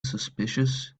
suspicious